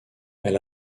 elle